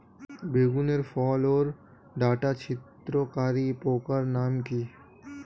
বেগুনের ফল ওর ডাটা ছিদ্রকারী পোকার নাম কি?